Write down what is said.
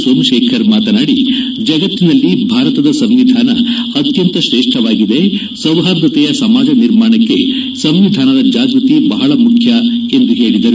ಸೋಮಶೇಖರ್ ಮಾತನಾಡಿ ಜಗತ್ತಿನಲ್ಲಿ ಭಾರತದ ಸಂವಿಧಾನ ಅತ್ಯಂತ ಶ್ರೇಷ್ಠವಾಗಿದೆ ಸೌಹಾರ್ದತೆಯ ಸಮಾಜ ನಿರ್ಮಾಣಕ್ಕೆ ಸಂವಿಧಾನದ ಜಾಗೃತಿ ಬಹಳ ಮುಖ್ಯ ಎಂದು ಹೇಳಿದರು